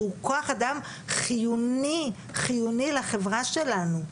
שהוא כוח אדם חיוני לחברה שלנו.